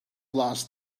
last